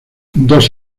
dos